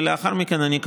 לאחר מכן אני,